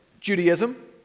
judaism